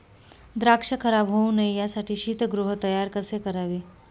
द्राक्ष खराब होऊ नये यासाठी शीतगृह तयार कसे करावे?